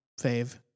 fave